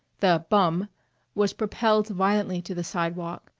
the bum was propelled violently to the sidewalk,